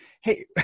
hey